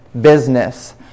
business